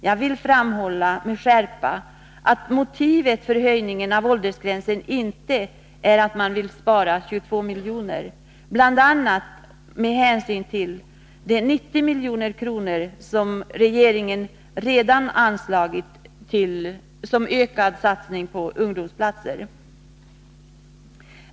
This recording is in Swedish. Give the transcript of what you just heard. Jag vill med skärpa framhålla att motivet för höjningen av åldersgränsen inte är att man skall spara 22 milj.kr. Regeringen har dock höjt anslaget med 90 milj.kr. i ökad satsning på ungdomsplatser.